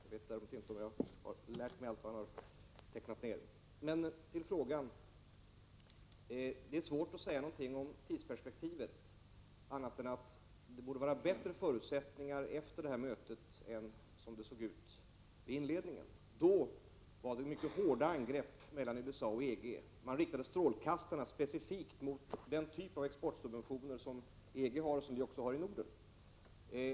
Herr talman! Jag får tacka Bengt Rosén för hans välgångsönskningar och konstatera att min far inte är bonde — däremot har han skrivit mycket om jordbruket. Till frågan: Det är svårt att säga någonting om tidsperspektivet annat än att det borde finnas bättre förutsättningar efter detta möte än det var i inledningen. Då var det mycket hårda tag mellan USA och EG. Man riktade strålkastarna specifikt mot den typ av exportsubventioner som EG har och som vi också har i Norden.